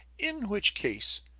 in which case,